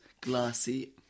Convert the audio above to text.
glassy